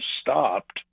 stopped